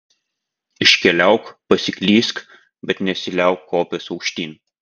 iškeliauk pasiklysk bet nesiliauk kopęs aukštyn